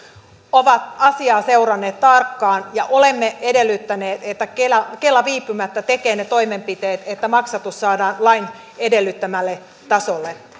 ovat asiaa seuranneet tarkkaan ja olemme edellyttäneet että kela kela viipymättä tekee ne toimenpiteet että maksatus saadaan lain edellyttämälle tasolle